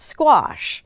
Squash